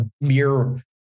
mere